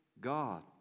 God